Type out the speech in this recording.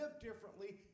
differently